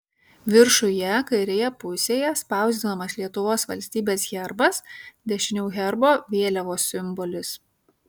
viršuje kairėje pusėje spausdinamas lietuvos valstybės herbas dešiniau herbo vėliavos simbolis